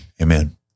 Amen